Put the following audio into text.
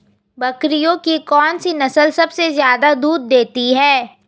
बकरियों की कौन सी नस्ल सबसे ज्यादा दूध देती है?